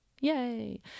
Yay